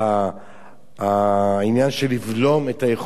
העניין של לבלום את היכולת,